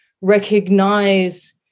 recognize